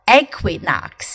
equinox